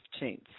15th